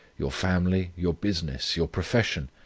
your family, your business, your profession,